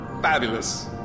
Fabulous